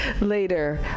later